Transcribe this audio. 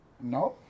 No